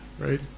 Right